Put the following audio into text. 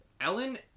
Ellen